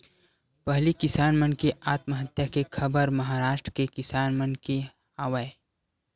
पहिली किसान मन के आत्महत्या के खबर महारास्ट के किसान मन के आवय